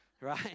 right